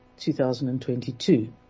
2022